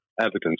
evidence